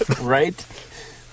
Right